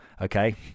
Okay